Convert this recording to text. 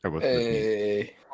Hey